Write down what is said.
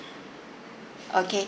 okay